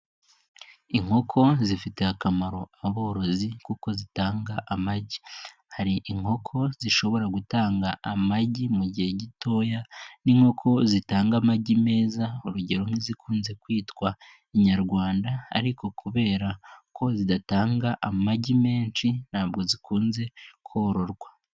Inkoko zifitiye akamaro aborozi kuko zitanga amagi, hari inkoko zishobora gutanga amagi mu gihe gitoya n'inkoko zitanga amagi meza urugero nk'izikunze kwitwa inyarwanda ariko kubera ko zidatanga amagi menshi ntabwo zikunze kororwa.